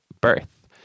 Birth